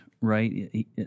right